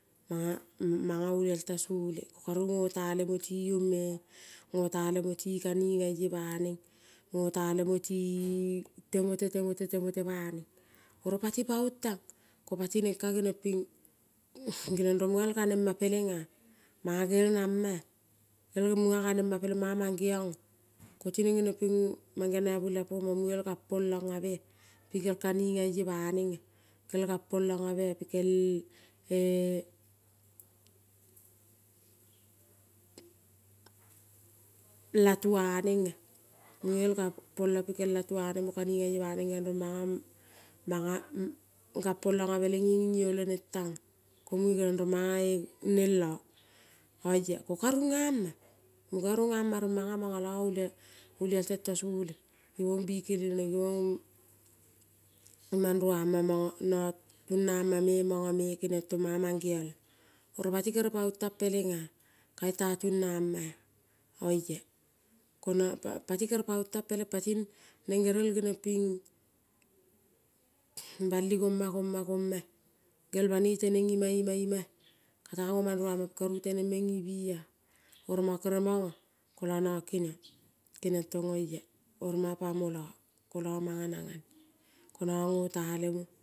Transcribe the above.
Manga manga olial ta sole ko karu ngota lemo tiong me ngota lemo tikaningaie ngotalemo ti timote temote, temote pa neng. Oro pati pa ong tang, ko patineng ka geniong ping geniong rong munga gel ganema pelengea manga gel namaea. Gel monga nganema peleng manga mangeiong ea, kotineng ngeniong ping ngo mangeiong na bolelapomong munge gel gang polong obea pikel kaningaie ba nengea, gel gang polong abea e-e latuea nenge, munge gel gampolong pikellatuea neng mo kaningele baneng geniong rong manga, man manga gam polongabe le ngenge ngi oloneng tangea. Komunge ngeniong rong mangea neng lo oia ko ka ningama ngeniong rong manga mongolo olial tento sole gibong bikelel, neng mang ruamong mangeiongme tomanga mengeiong lo. Oro pati kere paong tang pelenga, ka gel tea tunga maea oia kengo kere pati paong tang peleng patineng gerel geniong ping bali goma goma gomaea, gel banoi teneng ima ima imaea, katea ngo mang nieama ping karu teneng meng ibiea. Komongo kere mongo koio nongo keniong keniong tong oia manga pamo lo koio manga nenga ne ngota lemo.